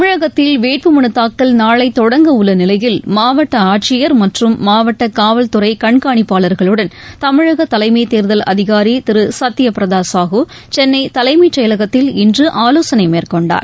தமிழகத்தில் வேட்பு மனுத் தாக்கல் நாளை தொடங்க உள்ள நிலையில் மாவட்ட ஆட்சியர் மற்றும் மாவட்ட காவல் துறை கண்காணிப்பாளர்களுடன் தமிழக தலைமை தேர்தல் அதிகாரி திரு சத்ய பிரதா சாலூூூூ சென்னை தலைமை செயலகத்தில் இன்று ஆலோசனை மேற்கொண்டார்